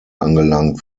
angelangt